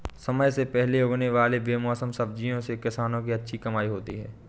समय से पहले उगने वाले बेमौसमी सब्जियों से किसानों की अच्छी कमाई होती है